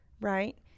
right